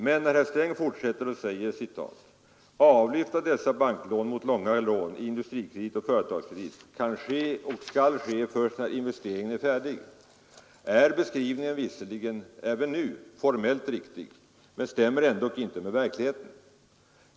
Men när herr Sträng fortsätter och säger ”Avlyft av dessa banklån mot långa lån i Industrikredit och Företagskredit kan och skall ske först när investeringen är färdig” är beskrivningen visserligen även då formellt riktig men stämmer ändock inte med verkligheten.